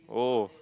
oh